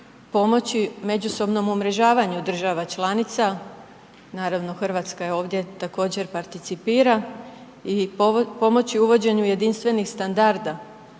pomoći međusobnom umrežavanju država članica, naravno Hrvatska je ovdje također participira i pomoću uvođenju jedinstvenih standarda